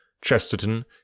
Chesterton